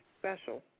special